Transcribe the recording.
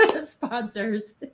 sponsors